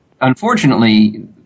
unfortunately